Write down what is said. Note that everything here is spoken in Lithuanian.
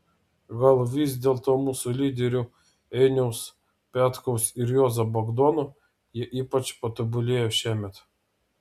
gal vis dėlto mūsų lyderių einiaus petkaus ir juozo bagdono jie ypač patobulėjo šiemet